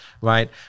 right